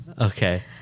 Okay